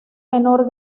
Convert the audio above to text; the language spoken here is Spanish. menor